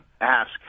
Ask